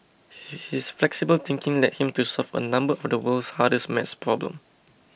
his flexible thinking led him to solve a number of the world's hardest math problems